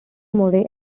murray